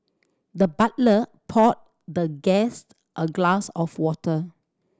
the butler poured the guest a glass of water